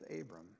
Abram